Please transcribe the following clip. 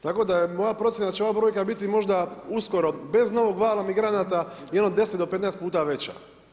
Tako da je moja procjena, da će ova brojka biti možda uskoro bez novog vala migranata, jedno 10-15 puta veća.